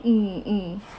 mm mm